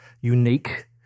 unique